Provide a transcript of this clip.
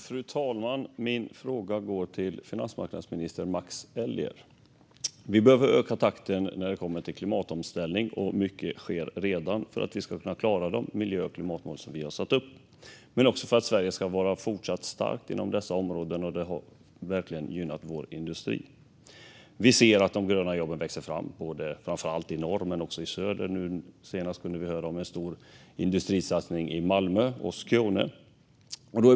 Fru talman! Min fråga går till finansmarknadsminister Max Elger. Vi behöver öka takten i klimatomställningen. Mycket sker redan för att vi ska kunna klara de miljö och klimatmål som vi har satt upp. Sverige ska vara fortsatt starkt inom dessa områden, och det har verkligen gynnat vår industri. Vi ser att de gröna jobben växer fram, framför allt i norr men också i söder. Nu senast kunde vi höra om en stor industrisatsning i Malmö i Skåne.